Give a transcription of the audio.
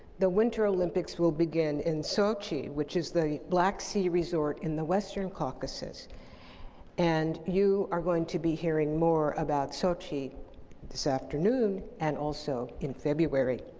the winter olympics will begin in sochi, which is the black series or in the western caucasus and you are going to be hearing more about sochi this afternoon and also in february.